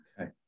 Okay